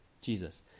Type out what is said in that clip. Jesus